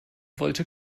wollte